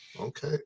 Okay